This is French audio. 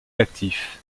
actifs